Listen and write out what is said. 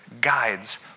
guides